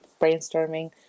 brainstorming